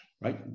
right